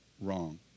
wrong